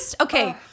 Okay